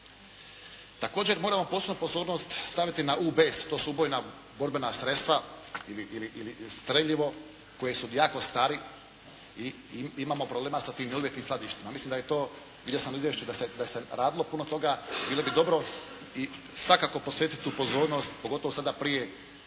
Također, moramo posebnu pozornost staviti na UBS. To su ubojna borbena sredstva ili streljivo koji su jako stari i imao problema sa tim neuvjetnim skladištima. Mislim da je to, vidio sam u izvješću da se radilo puno toga. Bilo bi dobro i svakako posvetiti tu pozornost, pogotovo sada prije